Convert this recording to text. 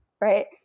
right